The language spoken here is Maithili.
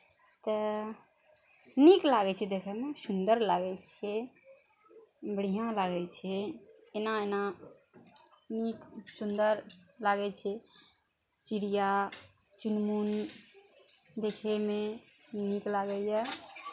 तऽ नीक लागै छै देखयमे सुन्दर लागै छै बढ़िआँ लागै छै एना एना नीक सुन्दर लागै छै चिड़िया चुनमुन देखयमे नीक लागैए